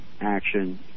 action